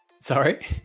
Sorry